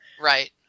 Right